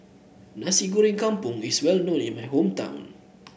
Nasi Goreng Kampung is well known in my hometown